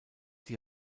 die